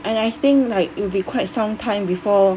and I think like it'll be quite some time before